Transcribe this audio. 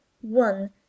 one